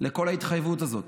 לכל ההתחייבות הזאת?